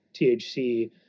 THC